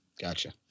Gotcha